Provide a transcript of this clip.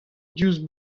diouzh